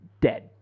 Dead